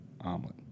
omelet